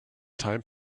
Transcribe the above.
time